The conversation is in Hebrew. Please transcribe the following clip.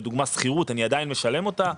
לדוגמה, שכירות, אני עדיין משלם אותה.